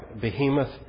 Behemoth